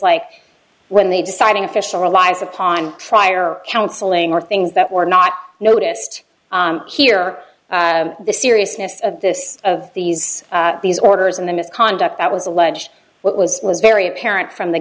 like when the deciding official relies upon trier counseling or things that were not noticed here or the seriousness of this of these these orders and the misconduct that was alleged what was was very apparent from the